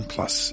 Plus